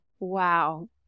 Wow